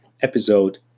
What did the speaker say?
episode